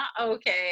okay